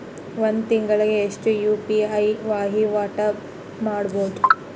ಒಂದ್ ತಿಂಗಳಿಗೆ ಎಷ್ಟ ಯು.ಪಿ.ಐ ವಹಿವಾಟ ಮಾಡಬೋದು?